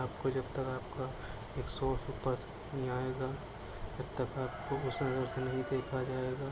آپ کو جب تک آپ کا ایک سورس اوپر سے نہیں آئے گا جب تک آپ کو اس نظر سے نہیں دیکھا جائے گا